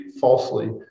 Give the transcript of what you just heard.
falsely